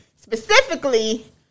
Specifically